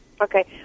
Okay